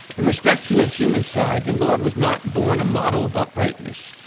in respect to his human side, the lord was not born a model of uprightness,